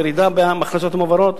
ירידה בהכנסות המועברות?